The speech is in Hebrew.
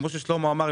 כפי ששלמה אמר,